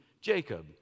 Jacob